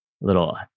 little